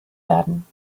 werden